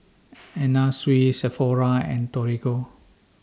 Anna Sui Sephora and Torigo